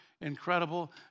incredible